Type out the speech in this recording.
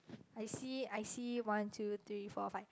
I see I see one two three four five